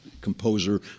composer